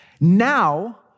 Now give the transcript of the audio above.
Now